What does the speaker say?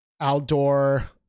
outdoor